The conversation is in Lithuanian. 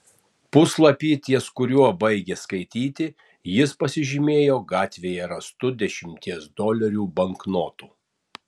puslapį ties kuriuo baigė skaityti jis pasižymėjo gatvėje rastu dešimties dolerių banknotu